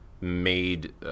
made